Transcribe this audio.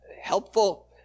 helpful